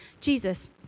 Jesus